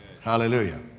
Hallelujah